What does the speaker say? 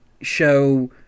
show